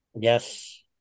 Yes